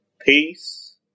Peace